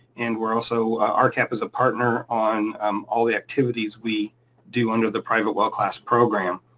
and we're also. um rcap is a partner on um all the activities we do under the private well class program.